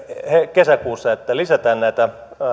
kesäkuussa että lisätään näitä